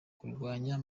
kurwanya